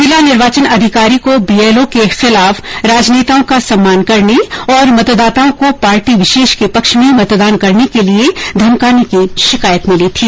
जिला निर्वाचन अधिकारी को बीएलओ के खिलाफ राजनेताओं का सम्मान करने और मतदाताओं को पार्टी विशेष के पक्ष में मतदान करने के लिये धमकाने की शिकायतें मिली थी